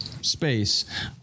space